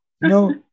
no